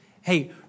Hey